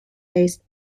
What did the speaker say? based